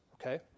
okay